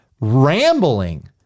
rambling